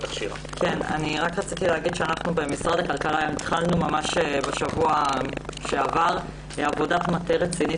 אנחנו במשרד הכלכלה התחלנו בשבוע שעבר עבודת מטה רצינית